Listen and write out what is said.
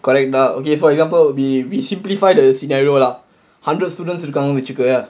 correct lah okay for example we we simplify the scenario lah hundred students இருக்காங்கனு வச்சுக்கோயேன்:irukkaanganu vachukkoyaen